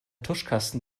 tuschkasten